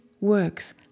works